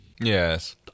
Yes